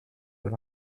vers